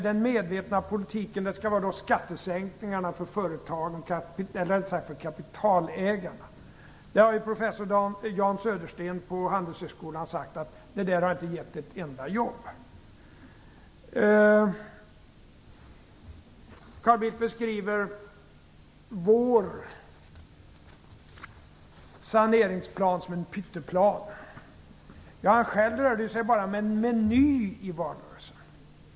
Den medvetna politiken skulle vara skattesänkningarna för kapitalägarna. Professor Jan Södersten på Handelshögskolan har sagt att det inte har gett ett enda jobb. Carl Bildt beskriver socialdemokraternas saneringsplan som en pytteplan. Själv använde han sig i valrörelsen enbart av en meny.